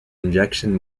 injection